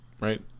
right